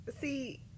See